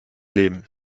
leben